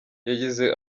yagize